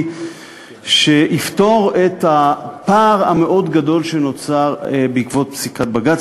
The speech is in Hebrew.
שיפתור את הפער המאוד-גדול שנוצר בעקבות פסיקת בג"ץ,